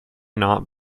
not